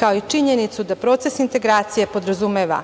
kao i činjenicu da proces integracija podrazumeva